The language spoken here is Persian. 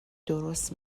درست